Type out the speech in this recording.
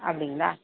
அப்படிங்களா